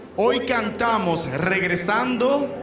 hoy cantamos regresando